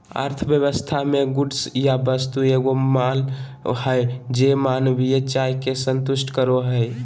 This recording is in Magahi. अर्थव्यवस्था मे गुड्स या वस्तु एगो माल हय जे मानवीय चाह के संतुष्ट करो हय